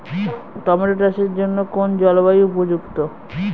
Tomato চাষের জন্য কোন জলবায়ু উপযুক্ত?